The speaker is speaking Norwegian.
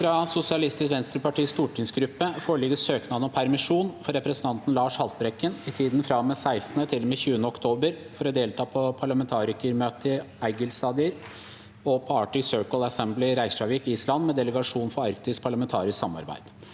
foreligger søknad om permisjon for representanten Lars Haltbrekken i tiden fra og med 16. til og med 20. oktober for å delta på parlamentarikermøte i Egilsstadir og på Arctic Circle Assembly i Reykjavik, Island, med delegasjonen for arktisk parlamentarisk samarbeid.